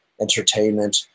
entertainment